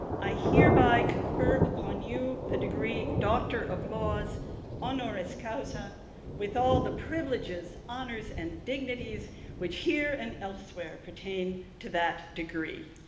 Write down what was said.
i hereby confer upon you the degree doctor of laws honoris causa with all the privileges, honors, and dignities which here and elsewhere pertain to that degree.